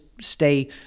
stay